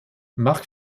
marc